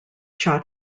cha